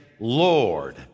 Lord